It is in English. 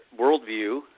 worldview